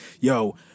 yo